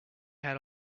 had